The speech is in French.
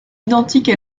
identique